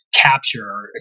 capture